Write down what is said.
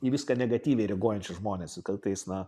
į viską negatyviai reaguojančius žmones ir kartais na